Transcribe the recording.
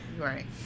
Right